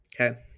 Okay